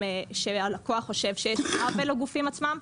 שהלקוח חושב שיש עוול לגופים עצמם,